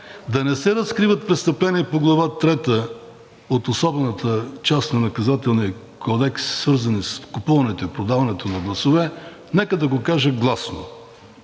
да не се разкриват престъпления по Глава III от особената част на Наказателния кодекс, свързани с купуването и продаването на гласове, нека да го каже гласно.